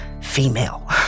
female